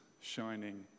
shining